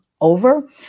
over